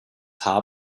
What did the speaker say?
haar